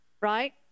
right